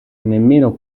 nemmeno